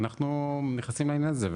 ואנחנו נכנסים לעניין הזה.